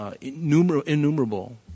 innumerable